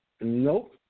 Nope